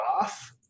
off